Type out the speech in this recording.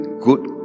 good